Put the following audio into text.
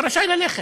אתה רשאי ללכת.